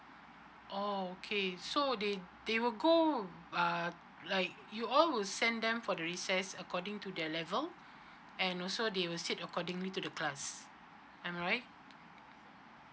oh okay so they they will go uh like you all will send them for the recess according to their level and also they will sit accordingly to the class am I right